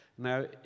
Now